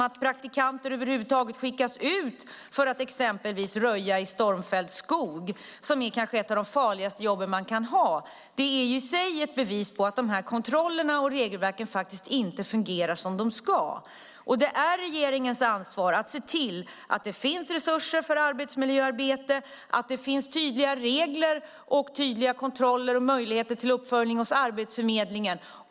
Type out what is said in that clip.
Att praktikanter över huvud taget skickas ut för att exempelvis röja i stormfälld skog, som kanske är ett av de farligaste jobb man kan ha, är i sig ett bevis på att kontrollerna och regelverken inte fungerar som de ska. Det är regeringens ansvar att se till att det finns resurser för arbetsmiljöarbete, att det finns tydliga regler, tydliga kontroller och möjligheter till uppföljning hos Arbetsförmedlingen.